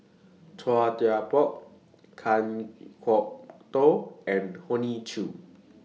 Chua Thian Poh Kan Kwok Toh and Hoey Choo